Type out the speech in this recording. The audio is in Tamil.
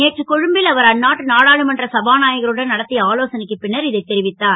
நேற்று கொழும்பில் அவர் அந்நாட்டு நாடாளுமன்ற சபாநாயகருடன் நடத் ய ஆலோசனைக்கு பின்னர் இதை அறிவித்தார்